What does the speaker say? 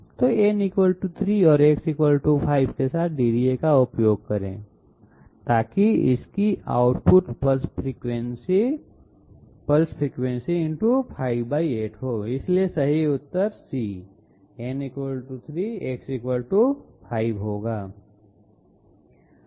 तो n 3 और X 5 के साथ DDA का उपयोग करें ताकि इसकी output pulse frequency input pulse frequency × 58 हो इसलिए सही उतर नंबर C n 3 X 5 होगा